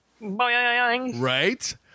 right